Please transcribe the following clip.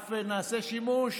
ואף נעשה שימוש